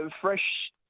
fresh